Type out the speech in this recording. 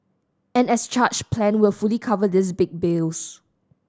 an as charged plan will fully cover these big bills